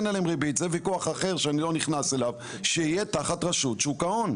שזה ויכוח אחר שאני לא נכנס אליו שיהיה תחת רשות שוק ההון.